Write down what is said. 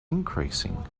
increasing